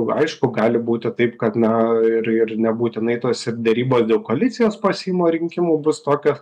aišku gali būti taip kad na ir ir nebūtinai tos ir derybos dėl koalicijos po seimo rinkimų bus tokios